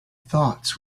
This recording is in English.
thoughts